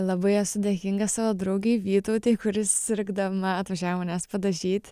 labai esu dėkinga savo draugei vytautei kuri sirgdama atvažiavo manęs padažyt